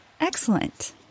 excellent